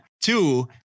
Two